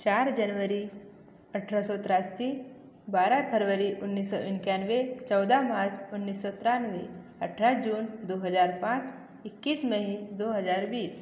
चार जनवरी जनवरी अठरह सौ तिरासी बारह फरवरी उन्नीस सौ इंक्यानवे चौदह मार्च उन्नीस सौ तिरानवे अठरह जून दो हजार पाँच इक्कीस मई दो हजार बीस